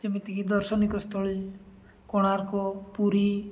ଯେମିତିକି ଦର୍ଶନିକ ସ୍ଥଳୀ କୋଣାର୍କ ପୁରୀ